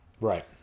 Right